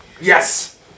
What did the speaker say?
yes